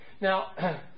Now